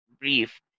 brief